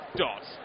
dot